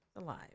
Alive